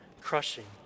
crushing